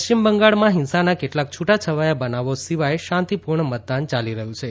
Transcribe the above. પશ્ચિમ બંગાળમાં હિંસાના કેટલાંક છૂટાછવાયા બનાવો સિવાય શાંતિપૂર્ણ મતદાન ચાલી રહ્યું છે